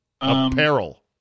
Apparel